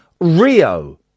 Rio